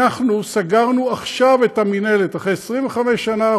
אנחנו סגרנו עכשיו את המינהלת, אחרי 25 שנה.